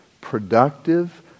productive